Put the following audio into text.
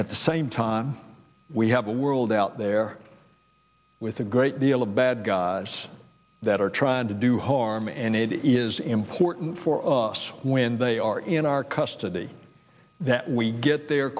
at the same time we have a world out there with a great deal of bad guys that are trying to do harm and it is important for us when they are in our custody that we get their